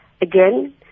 Again